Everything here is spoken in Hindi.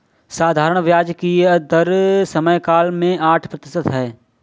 साधारण ब्याज की दर समयकाल में आठ प्रतिशत है